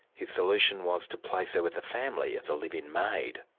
his solution was to place her with a family as a live-in maid.